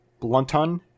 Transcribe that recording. Blunton